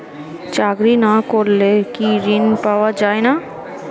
চাকরি না করলে কি ঋণ পাওয়া যায় না?